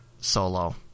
solo